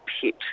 pit